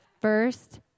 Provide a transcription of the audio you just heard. first